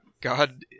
God